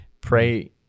pray